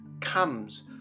comes